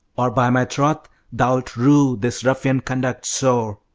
or by my troth thou'lt rue this ruffian conduct sore!